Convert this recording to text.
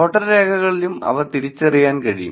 voter രേഖകളിലും അവ തിരിച്ചറിയാൻ കഴിയും